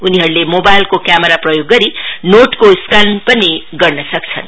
उनीहरूले मोबाइलको क्यामेरा प्रयोग गरी नोटको स्केन पनि गर्न सक्छन्